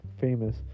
famous